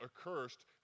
accursed